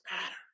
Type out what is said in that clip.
matter